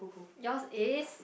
yours is